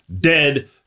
dead